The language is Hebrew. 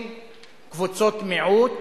חברים יקרים, התחלפנו.